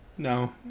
No